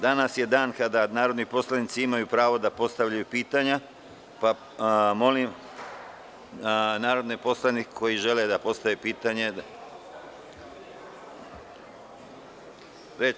Danas je dan kada narodni poslanici imaju pravo da postavljaju pitanja, pa molim narodne poslanike, koji žele da postave pitanje, da se prijave.